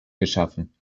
geschaffen